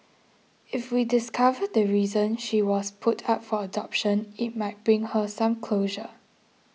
if we discover the reason she was put up for adoption it might bring her some closure